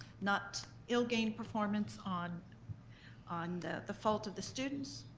not ill-gained performance on on the the fault of the students,